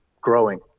growing